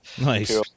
Nice